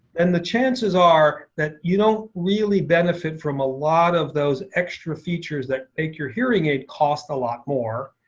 then the chances are that you don't know really benefit from a lot of those extra features that make your hearing aid cost a lot more.